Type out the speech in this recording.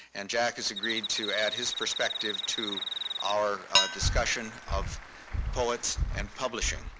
and jack has agreed to add his perspective to our discussion of poets and publishing.